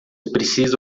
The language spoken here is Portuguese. precisa